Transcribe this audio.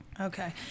okay